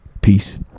peace